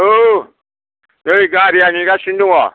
औ नै गारिया नेगासिनो दङ